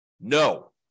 no